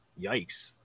Yikes